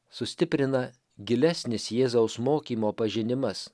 sustiprina gilesnis jėzaus mokymo pažinimas